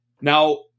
Now